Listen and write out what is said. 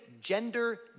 gender